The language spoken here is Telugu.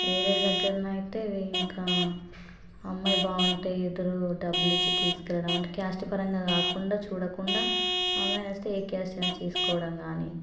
వేరే దగ్గర అయితే ఇంకా అమ్మాయి బాగంటే ఎదురు డబ్బులు ఇచ్చి తీసుకు వెళ్ళడం అంటే కాస్ట్ పరంగా కాకుండా చూడకుండా అమ్మాయి నచ్చితే ఏ కాస్ట్ అయినా చేసుకోవడం కానీ